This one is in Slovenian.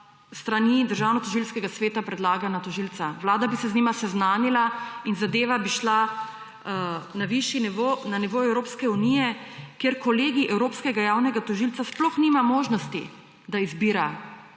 strani Državnotožilskega sveta predlagana tožilca. Vlada bi se z njima seznanila in zadeva bi šla na višji nivo, na nivo Evropske unije, kjer kolegij Evropskega javnega tožilstva sploh nima možnosti, da izbira.